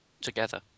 together